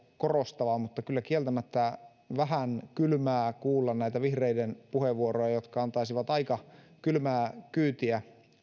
korostava mutta kyllä kieltämättä vähän kylmää kuulla näitä vihreiden puheenvuoroja jotka antaisivat aika kylmää kyytiä